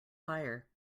fire